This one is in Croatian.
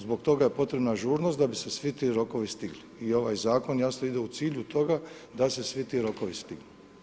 Zbog toga je potrebna ažurnost da bi se svi ti rokovi stigli i ovaj zakon jasno ide u cilju toga se svi ti rokovi stignu.